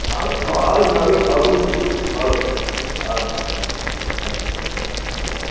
आलुग् आलुग् अपि बहु रुचिः आलुगक् आलु अस्तु अस्तु